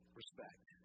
respect